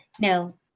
No